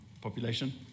population